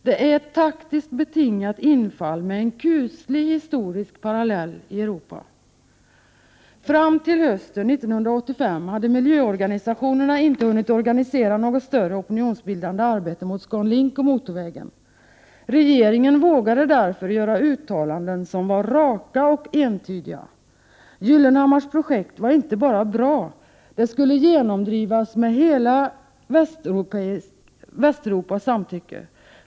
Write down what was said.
Det är ett taktiskt betingat infall med en kuslig historisk parallell i Europa. Fram till hösten 1985 hade miljöorganisationerna inte hunnit organisera något större opinionsbildande arbete mot ScanLink och motorvägen. Regeringen vågade därför göra uttalanden som var raka och entydiga. Pehr Gyllenhammars projekt var inte bara bra, det skulle genomdrivas med hela Västeuropas samtycke.